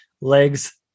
legs